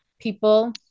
people